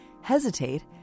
Hesitate